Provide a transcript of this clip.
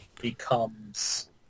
becomes